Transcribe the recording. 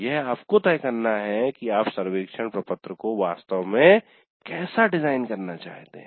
यह आपको तय करना है कि आप सर्वेक्षण प्रपत्र को वास्तव में कैसे डिजाइन करना चाहते हैं